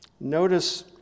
Notice